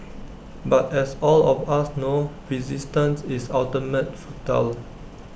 but as all of us know resistance is ultimately futile